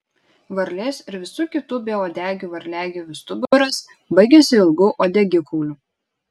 varlės ir visų kitų beuodegių varliagyvių stuburas baigiasi ilgu uodegikauliu